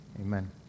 Amen